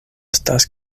estas